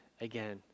again